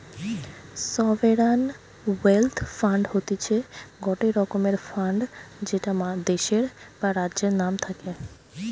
sovereign wealth fund হতিছে গটে রকমের ফান্ড যেটা দেশের বা রাজ্যের নাম থাকে